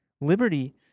Liberty